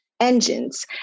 engines